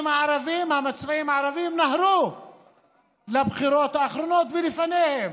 המצביעים הערבים נהרו לבחירות האחרונות ולפניהן,